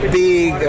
big